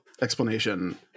explanation